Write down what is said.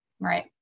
Right